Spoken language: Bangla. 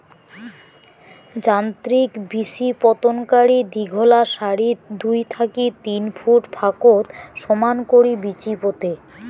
যান্ত্রিক বিচিপোতনকারী দীঘলা সারিত দুই থাকি তিন ফুট ফাকত সমান করি বিচি পোতে